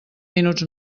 minuts